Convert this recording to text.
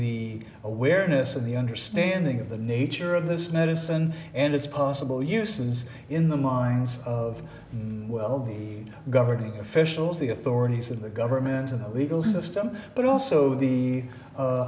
the awareness of the understanding of the nature of this medicine and its possible uses in the minds of well the governing officials the authorities and the government and the legal system but also the